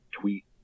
tweet